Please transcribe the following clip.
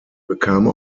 bekam